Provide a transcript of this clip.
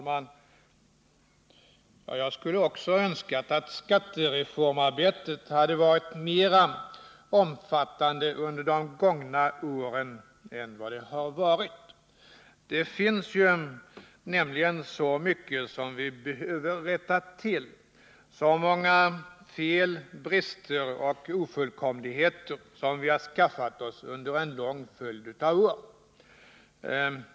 Herr talman! Jag skulle också ha önskat att skattereformarbetet hade varit mer omfattande under de gångna åren än vad det har varit. Det finns nämligen väldigt mycket som vi behöver rätta till, så många fel, brister och ofullkomligheter som vi har skaffat oss under en lång följd av år.